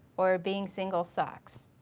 or being single sucks.